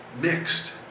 mixed